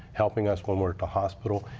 helping us when we're at the hospital.